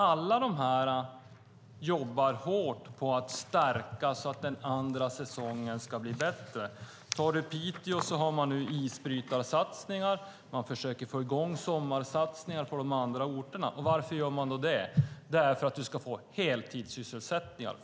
Men alla jobbar de hårt på att stärka så att den andra säsongen ska bli bättre. I Piteå har man nu isbrytarsatsningar. Man försöker få i gång sommarsatsningar på de andra orterna. Varför gör man då det? Det är för att man ska få heltidssysselsättningar.